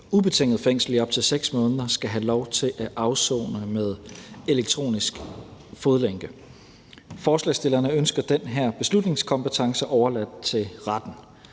ubetinget fængsel i op til 6 måneder, skal have lov til at afsone med elektronisk fodlænke. Forslagsstillerne ønsker den her beslutningskompetence overladt til retten.